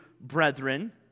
brethren